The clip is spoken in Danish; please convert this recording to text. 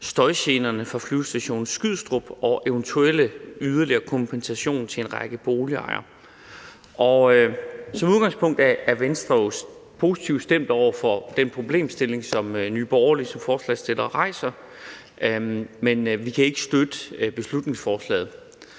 støjgenerne fra Flyvestation Skrydstrup og en eventuel yderligere kompensation til en række boligejere. Som udgangspunkt er Venstre jo positivt stemt over for den problemstilling, som Nye Borgerlige som forslagsstillere rejser, men vi kan ikke støtte beslutningsforslaget.